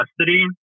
custody